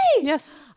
Yes